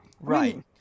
Right